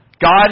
God